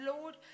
Lord